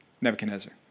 Nebuchadnezzar